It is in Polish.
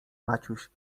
maciuś